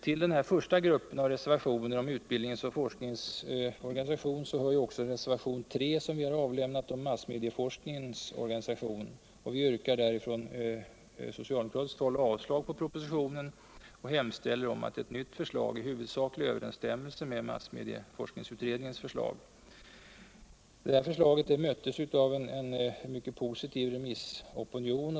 Till den första gruppen av reservationer om utbildningens och forskningens organisation hör också reservationen 3 om massmedieforskningens organisation. Vi yrkar där från socialdemokratiskt håll avslag på propositionen och hemställer om ett nytt förslag i huvudsaklig överensstämmelse med massmedieforskningsutredningens förslag. Detta förslag möttes av en mycket positiv remissopinion.